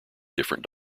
different